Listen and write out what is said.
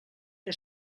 què